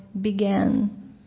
began